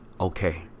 okay